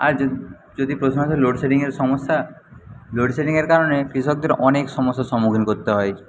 আর যদি প্রশ্ন আসে লোডশেডিংয়ের সমস্যা লোডশেডিংয়ের কারণে কৃষকদের অনেক সমস্যার সম্মুখীন করতে হয়